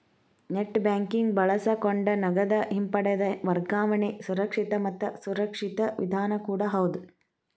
net banking ಬಳಸಕೊಂಡ ನಗದ ಹಿಂಪಡೆದ ವರ್ಗಾವಣೆ ಸುರಕ್ಷಿತ ಮತ್ತ ಸುರಕ್ಷಿತ ವಿಧಾನ ಕೂಡ ಹೌದ್